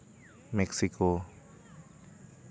Mexico